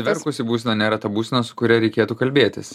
verkusi būsena nėra ta būsena su kuria reikėtų kalbėtis